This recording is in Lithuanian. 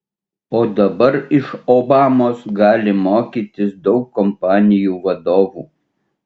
o dabar iš obamos gali mokytis daug kompanijų vadovų